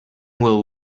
will